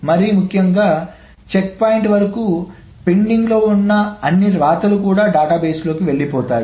మరీ ముఖ్యంగా checkpoint వరకు పెండింగ్లో ఉన్న అన్ని వ్రాతలు కూడా డేటాబేస్లోకి వెళ్లిపోతాయి